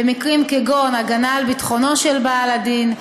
במקרים כגון הגנה על ביטחונו של בעל הדין,